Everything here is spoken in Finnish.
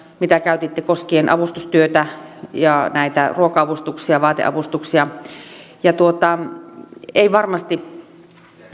mitä käytitte koskien avustustyötä näitä ruoka avustuksia vaateavustuksia ei varmasti